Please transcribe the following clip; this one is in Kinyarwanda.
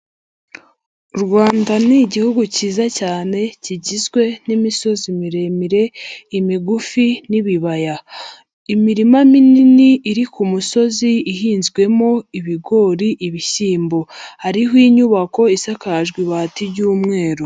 U Rwanda ni igihugu cyiza cyane, kigizwe n'imisozi miremire, imigufi n'ibibaya. Imirima minini iri ku misozi, ihinzwemo ibigori, ibishyimbo, hariho inyubako isakajwe ibati ry'umweru.